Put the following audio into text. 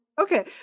okay